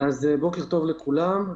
בוקר טוב לכולם.